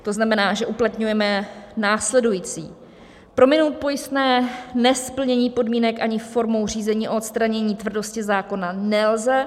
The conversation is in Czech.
To znamená, že uplatňujeme následující: prominout pojistné nesplnění podmínek ani formou řízení o odstranění tvrdosti zákona nelze.